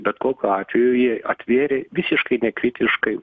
bet kokiu atveju jie atvėrė visiškai nekritiškai